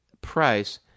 price